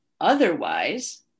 otherwise